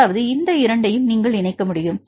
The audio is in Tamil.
மூன்றாவது இந்த இரண்டையும் நீங்கள் இணைக்க முடியும்